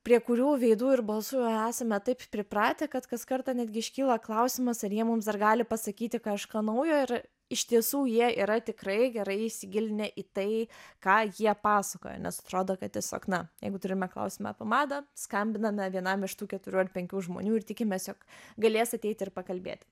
prie kurių veidų ir balsų jau esame taip pripratę kad kas kartą netgi iškyla klausimas ar jie mums dar gali pasakyti kažką naujo ir iš tiesų jie yra tikrai gerai įsigilinę į tai ką jie pasakoja nes atrodo kad tiesiog na jeigu turime klausimą apie madą skambiname vienam iš tų keturių ar penkių žmonių ir tikimės jog galės ateit ir pakalbėt